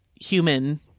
human